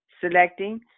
selecting